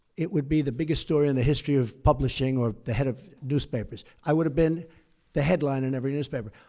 it would be the biggest story in the history of publishing or the head of newspapers. i would have been the headline in every newspaper.